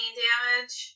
damage